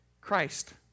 Christ